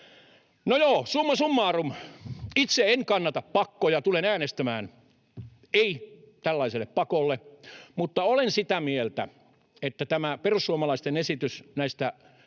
No joo, summa summarum. Itse en kannata pakkoja. Tulen äänestämään ei tällaiselle pakolle, mutta olen sitä mieltä, että tämä perussuomalaisten esitys